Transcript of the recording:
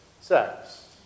sex